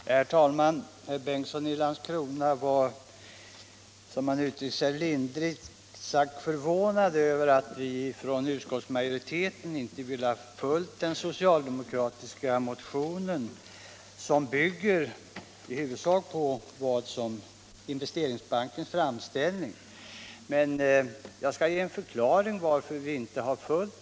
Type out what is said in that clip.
Herr talman! Herr Bengtsson i Landskrona var, som han uttryckte sig, lindrigt sagt förvånad över att utskottsmajoriteten inte följt den socialdemokratiska motionen, som i huvudsak bygger på Investeringsbankens framställning. Men jag skall ge en förklaring till varför den inte har gjort det.